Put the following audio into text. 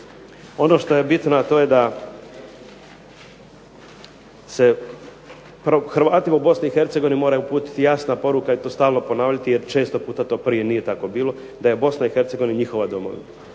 Ono što je bitno, a to je da se Hrvatima u BiH mora uputiti jasna poruka i to stalno ponavljati jer često puta to prije nije tako bilo da je BiH njihova domovina.